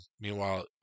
Meanwhile